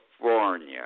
California